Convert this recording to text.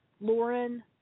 Lauren